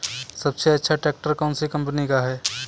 सबसे अच्छा ट्रैक्टर कौन सी कम्पनी का है?